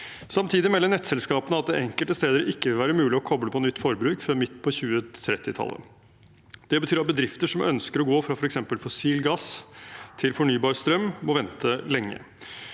Samtidig melder nettselskapene at det enkelte steder ikke vil være mulig å koble på nytt forbruk før midt på 2030-tallet. Det betyr at bedrifter som ønsker å gå fra f.eks. fossil gass til fornybar strøm, må vente lenge.